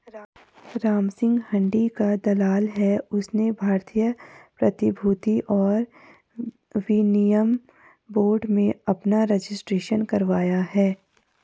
रामसिंह हुंडी का दलाल है उसने भारतीय प्रतिभूति और विनिमय बोर्ड में अपना रजिस्ट्रेशन करवाया है